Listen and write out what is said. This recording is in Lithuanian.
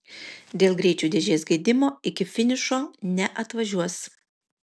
dėl greičių dėžės gedimo iki finišo neatvažiuos